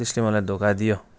त्यसले मलाई धोका दियो